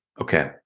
Okay